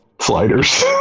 sliders